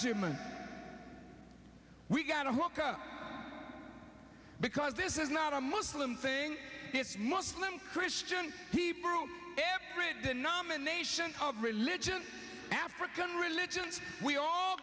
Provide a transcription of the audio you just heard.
clergyman we got a hookah because this is not a muslim thing this muslim christian hebrew the nomination of religion african religions we all